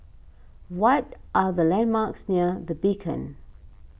what are the landmarks near the Beacon